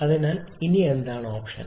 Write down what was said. അതിനാൽ എന്താണ് ഓപ്ഷൻ